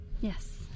Yes